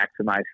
maximize